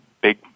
big